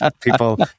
people